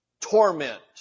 torment